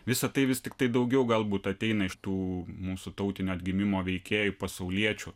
visa tai vis tiktai daugiau galbūt ateina iš tų mūsų tautinio atgimimo veikėjų pasauliečių